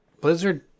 Blizzard